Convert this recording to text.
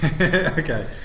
Okay